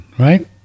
Right